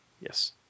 Yes